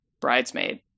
bridesmaid